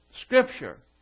Scripture